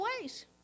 ways